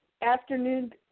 afternoon